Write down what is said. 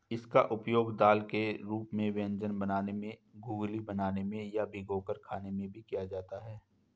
इसका प्रयोग दाल के रूप में व्यंजन बनाने में, घुघनी बनाने में या भिगोकर खाने में भी किया जाता है